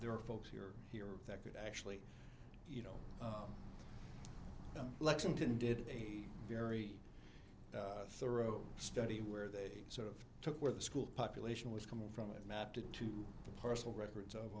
there are folks here here that could actually you know lexington did the very thorough study where they sort of took where the school population was coming from and mapped into the personal records of